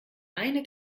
eine